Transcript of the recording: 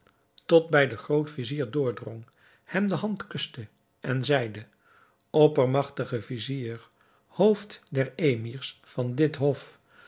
tot bij den groot-vizier doordrong hem de hand kuste en zeide oppermagtige vizier hoofd der emirs van dit hof